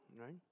right